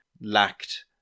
lacked